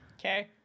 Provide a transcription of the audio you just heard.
Okay